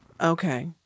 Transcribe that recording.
Okay